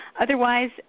Otherwise